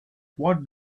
what